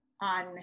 on